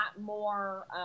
more